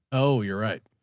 oh, you're right.